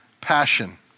passion